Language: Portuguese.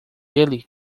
ele